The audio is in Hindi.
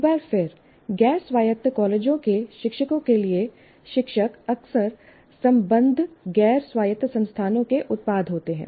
एक बार फिर गैर स्वायत्त कॉलेजों के शिक्षकों के लिए शिक्षक अक्सर संबद्ध गैर स्वायत्त संस्थानों के उत्पाद होते हैं